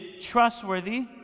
trustworthy